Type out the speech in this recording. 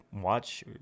watch